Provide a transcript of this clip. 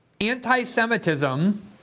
Anti-Semitism